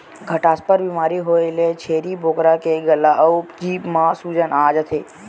घटसर्प बेमारी होए ले छेरी बोकरा के गला अउ जीभ म सूजन आ जाथे